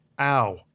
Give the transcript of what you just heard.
Ow